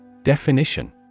Definition